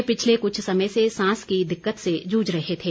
वे पिछले कुछ समय से सांस की दिक्कत से जूझ रहे थे